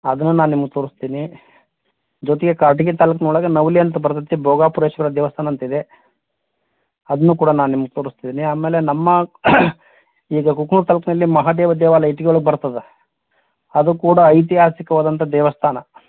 ಅದನ್ನು ನಾನು ನಿಮ್ಗೆ ತೋರಿಸ್ತೀನಿ ಜೊತೆಗೆ ಕಾರಟಗಿ ತಾಲೂಕ್ನೊಳಗೆ ನವಲಿ ಅಂತ ಬರ್ತತೆ ಭೋಗಾಪುರೇಶ್ವರ ದೇವಸ್ಥಾನ ಅಂತಿದೆ ಅದನ್ನು ಕೂಡ ನಾ ನಿಮ್ಗೆ ತೋರಿಸ್ತೀನಿ ಆಮೇಲೆ ನಮ್ಮ ಈಗ ಗೋಕುಲ್ ತಾಲೂಕಿನಲ್ಲಿ ಮಹಾದೇವ ದೇವಾಲಯ ಇಟಗಿಯೊಳ್ಗೆ ಬರ್ತದೆ ಅದು ಕೂಡ ಐತಿಹಾಸಿಕವಾದಂತ ದೇವಸ್ಥಾನ